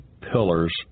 pillars